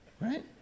Right